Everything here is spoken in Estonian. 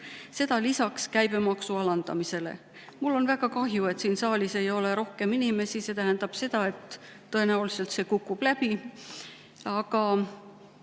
Seda lisaks käibemaksu alandamisele. Mul on väga kahju, et siin saalis ei ole rohkem inimesi. See tähendab seda, et tõenäoliselt see [eelnõu] kukub